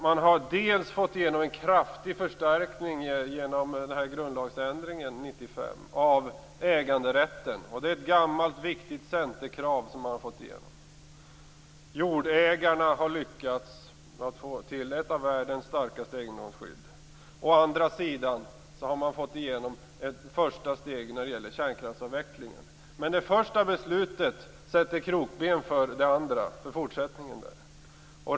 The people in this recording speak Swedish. Man har fått igenom en kraftig förstärkning av äganderätten genom 1995 års grundlagsändring. Det är ett gammalt viktigt centerkrav som man har fått igenom. Jordägarna har lyckats med att få ett av världens starkaste egendomsskydd. Å andra sidan har man fått igenom ett första steg när det gäller kärnkraftsavvecklingen. Men det första beslutet sätter krokben för det andra, för fortsättningen.